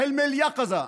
חלם אל יקזה".